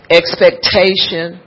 expectation